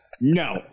No